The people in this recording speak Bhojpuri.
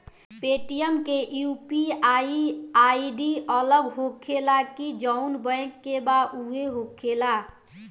पेटीएम के यू.पी.आई आई.डी अलग होखेला की जाऊन बैंक के बा उहे होखेला?